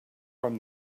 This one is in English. from